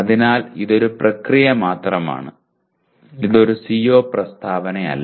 അതിനാൽ ഇത് ഒരു പ്രക്രിയ മാത്രമാണ് ഇത് ഒരു CO പ്രസ്താവനയല്ല